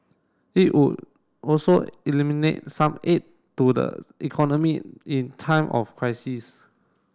it would also eliminate some aid to the economy in time of crisis